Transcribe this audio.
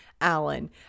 alan